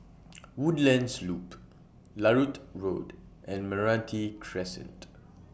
Woodlands Loop Larut Road and Meranti Crescent